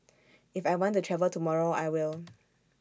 if I want to travel tomorrow I will